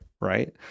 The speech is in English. right